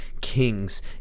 kings